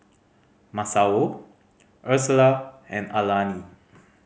Masao Ursula and Alani